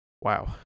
wow